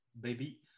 baby